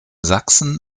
sachsen